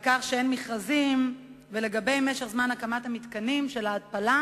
על כך שאין מכרזים ועל משך ההקמה של מתקני ההתפלה,